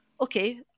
okay